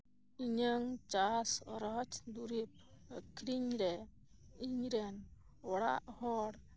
ᱤᱧᱟᱹᱝ ᱪᱟᱥ ᱚᱨᱚᱡᱽ ᱫᱩᱨᱤᱵᱽ ᱟᱹᱠᱷᱨᱤᱧ ᱨᱮ ᱤᱧ ᱨᱮᱱ ᱚᱲᱟᱜ ᱦᱚᱲ